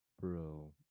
Bro